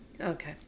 Okay